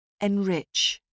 Enrich